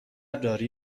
داری